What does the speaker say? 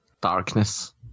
darkness